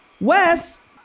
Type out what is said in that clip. Wes